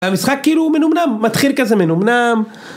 והמשחק כאילו מנומנם, מתחיל כזה מנומנם